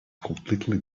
completely